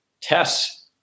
tests